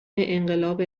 انقلاب